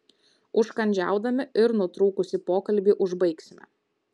užkandžiaudami ir nutrūkusį pokalbį užbaigsime